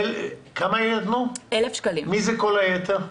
מי זה "כל היתר"?